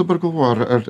dabar galvoju ar ar